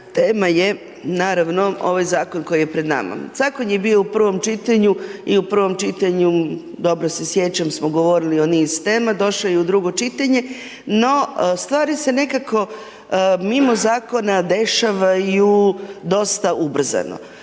tema je naravno, ovaj zakon koji je pred nama. Zakon je bio u prvom čitanju i u prvom čitanju dobro se sjećam se govorili o niz tema, došlo je i u drugo čitanje. No, stvari se nekako, mimo zakona dešavaju dosta ubrzano.